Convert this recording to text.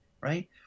right